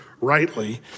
rightly